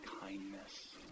kindness